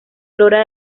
flora